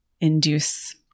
induce